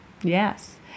Yes